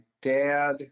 dad